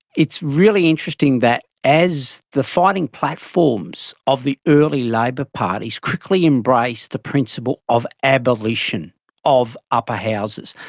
it's really interesting that as the fighting platforms of the early labor parties quickly embraced the principle of abolition of upper houses,